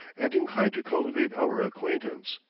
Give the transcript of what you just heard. and inclined to cultivate our acquaintance.